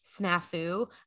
snafu